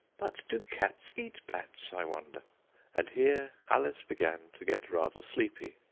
but do cats eat bats, i wonder and here alice began to get rather sleepy,